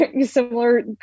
similar